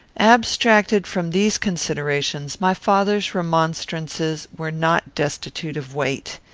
abstracted from these considerations, my father's remonstrances were not destitute of weight.